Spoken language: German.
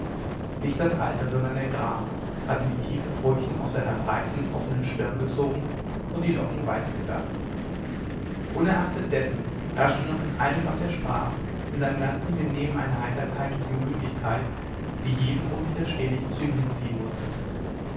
nicht das alter sondern der gram hatte die tiefen furchen auf seiner breiten offnen stirn gezogen und die locken weiß gefärbt unerachtet dessen herrschte noch in allem was er sprach in seinem ganzen benehmen eine heiterkeit und gemütlichkeit die jeden unwiderstehlich zu ihm hinziehen mußte